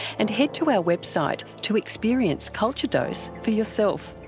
and head to our website to experience culture dose for yourself.